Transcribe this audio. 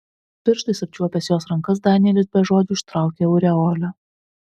pirštais apčiuopęs jos rankas danielis be žodžių ištraukė aureolę